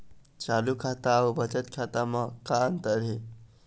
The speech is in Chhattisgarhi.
चालू खाता अउ बचत खाता म का अंतर हे?